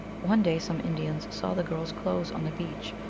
one day some indians saw the girls clothes on the beach,